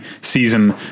season